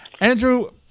Andrew